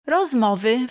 Rozmowy